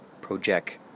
Project